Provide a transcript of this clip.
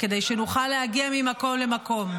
כדי שנוכל להגיע ממקום למקום.